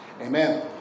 Amen